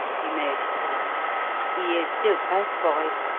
he made reply. he is still dressed for it.